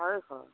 আঢ়ৈশ